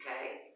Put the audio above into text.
okay